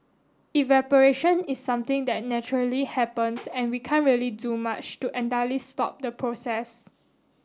evaporation is something that naturally happens and we can't really do much to entirely stop the process